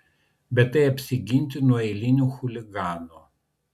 bet tai apsiginti nuo eilinių chuliganų